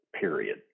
period